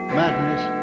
madness